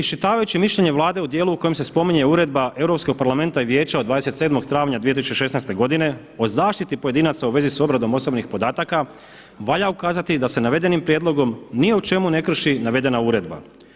Iščitavajući mišljenje Vlade u dijelu u kojem se spominje uredba Europskog parlamenta i Vijeća od 27. travnja 2016. godine o zaštiti pojedinaca u vezi sa obradom osobnih podataka valja ukazati da se navedenim prijedlogom ni u čemu ne krši navedena uredba.